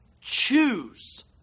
choose